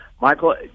Michael